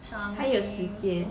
还有时间